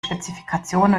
spezifikation